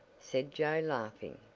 said joe laughing.